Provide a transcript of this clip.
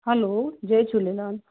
हलो जय झूलेलाल